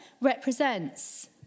represents